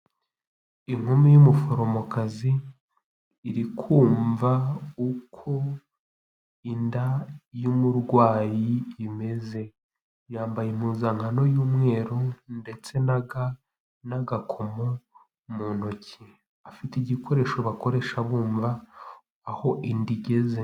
Inkumi y'umuforomokazi, iri kumva uko inda y'umurwayi imeze. Yambaye impuzankano y'umweru ndetse na ga n'agakomo mu ntoki, afite igikoresho bakoresha bumva aho inda igeze.